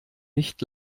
nicht